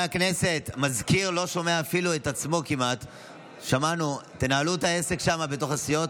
נהלו את העסק בתוך הסיעות.